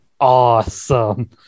awesome